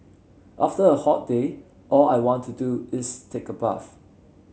after a hot day all I want to do is take a bath